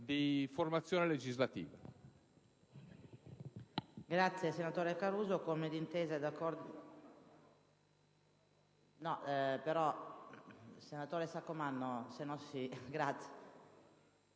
di formazione legislativa.